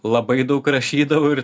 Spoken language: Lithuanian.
labai daug rašydavau ir